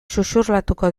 xuxurlatuko